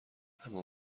اما